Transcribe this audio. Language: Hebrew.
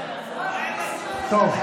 טוב,